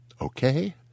Okay